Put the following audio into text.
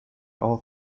all